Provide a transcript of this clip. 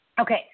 Okay